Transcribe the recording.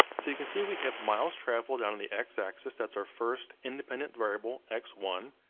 so you can see we have miles traveled on on the x-axis, that's our first independent variable, x one.